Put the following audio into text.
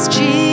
Jesus